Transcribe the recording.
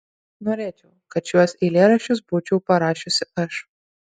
norėčiau kad šiuos eilėraščius būčiau parašiusi aš